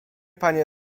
panie